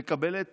הייתה מקבלת